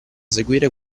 seguire